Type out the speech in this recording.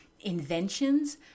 inventions